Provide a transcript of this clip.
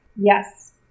Yes